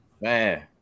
Man